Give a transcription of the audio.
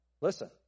listen